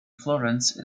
florence